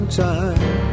time